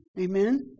Amen